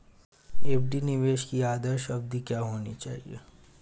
FD निवेश की आदर्श अवधि क्या होनी चाहिए?